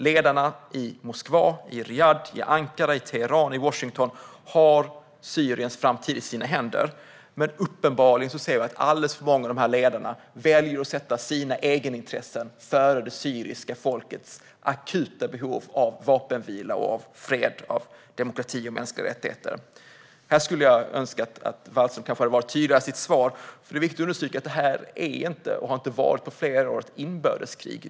Ledarna i Moskva, Riyadh, Ankara, Teheran och Washington har Syriens framtid i sina händer. Men uppenbarligen väljer alldeles för många av dessa ledare att sätta sina egenintressen före det syriska folkets akuta behov av vapenvila, fred, demokrati och mänskliga rättigheter. Här önskar jag att Wallström hade varit tydligare i sitt svar. Det är viktigt att understryka att det här inte är - och inte har varit på flera år - ett inbördeskrig.